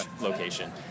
location